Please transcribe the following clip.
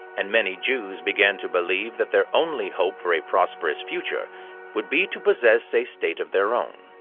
and many jews began to believe that their only hope for a prosperous future would be to possess a state of their own.